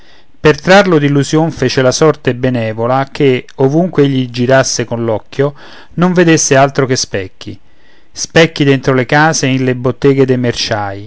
per trarlo d'illusion fece la sorte benevola che ovunque egli girasse coll'occhio non vedesse altro che specchi specchi dentro le case e in le botteghe de